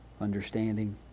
understanding